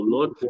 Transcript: Lord